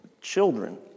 children